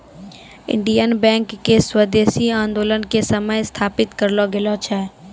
Indian bank के स्वदेशी आन्दोलनो के समय स्थापित करलो गेलो छै